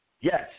Yes